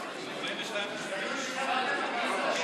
ההצעה לא